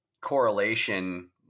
correlation